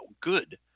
good